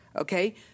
Okay